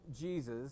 Jesus